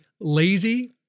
lazy